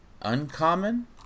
Uncommon